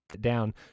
Down